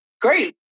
Great